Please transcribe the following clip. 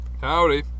Howdy